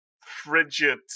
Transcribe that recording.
frigid